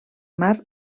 mar